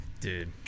Dude